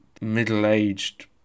middle-aged